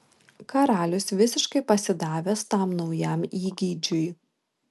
karalius visiškai pasidavęs tam naujam įgeidžiui